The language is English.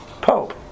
Pope